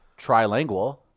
trilingual